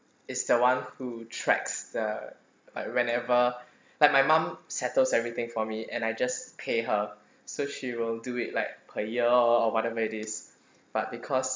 is the one who tracks the like whenever like my mum settles everything for me and I just pay her so she will do it like per year or whatever it is but because